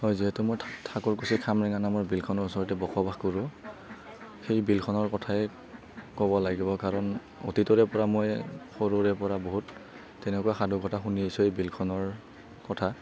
হয় যিহেতু মই ঠাকুৰকুচি খামৰেঙা নামৰ বিলখনৰ ওচৰতে বসবাস কৰো সেই বিলখনৰ কথাই ক'ব লাগিব কাৰণ অতীতৰে পৰা মই সৰুৰে পৰা বহুত তেনেকুৱা সাধুকথা শুনি আহিছো এই বিলখনৰ কথা